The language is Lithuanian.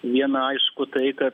viena aišku tai kad